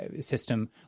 system